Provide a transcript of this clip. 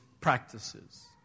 practices